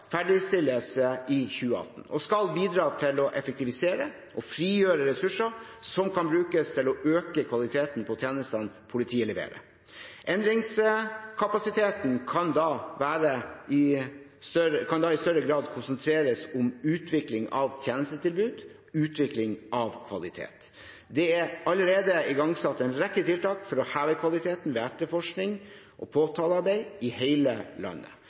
ferdigstilles i 2018 og skal bidra til å effektivisere og frigjøre ressurser som kan brukes til å øke kvaliteten på tjenestene politiet leverer. Endringskapasiteten kan da i større grad konsentreres om utvikling av tjenestetilbud, utvikling av kvalitet. Det er allerede igangsatt en rekke tiltak for å heve kvaliteten ved etterforskning og påtalearbeid i hele landet.